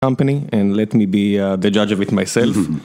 And let me be the judge of it myself.